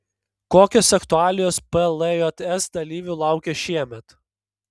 kokios aktualijos pljs dalyvių laukia šiemet